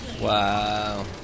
Wow